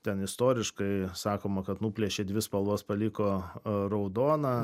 ten istoriškai sakoma kad nuplėšė dvi spalvas paliko raudoną